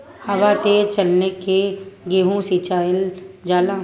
हवा तेज चलले मै गेहू सिचल जाला?